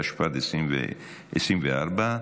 התשפ"ד 2024,